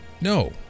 No